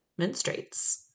menstruates